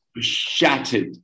Shattered